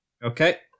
Okay